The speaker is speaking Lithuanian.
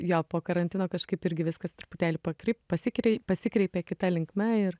jo po karantino kažkaip irgi viskas truputėlį pakry pasikrei pasikreipė kita linkme ir